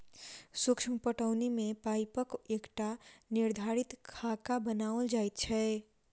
सूक्ष्म पटौनी मे पाइपक एकटा निर्धारित खाका बनाओल जाइत छै